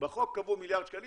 בחוק קבעו מיליארד שקלים,